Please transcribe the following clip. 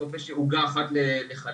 יש עוגה אחת לחלק,